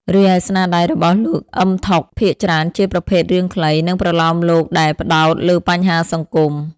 រីឯស្នាដៃរបស់លោក អ៊ឹម ថុក ភាគច្រើនជាប្រភេទរឿងខ្លី និងប្រលោមលោកដែលផ្ដោតលើបញ្ហាសង្គម។